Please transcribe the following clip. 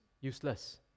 useless